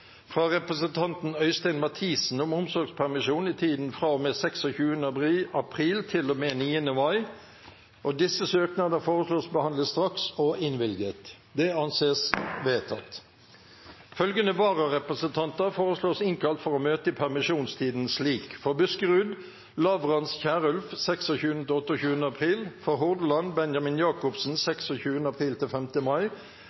fra representanten Øystein Mathisen om omsorgspermisjon i tiden fra og med 26. april til og med 9. mai Etter forslag fra presidenten ble enstemmig besluttet: Søknadene behandles straks og innvilges. Følgende vararepresentanter innkalles for å møte i permisjonstiden: For Buskerud: Lavrans Kierulf 26.–28. april For Hordaland: Benjamin Jakobsen 26. april–5. mai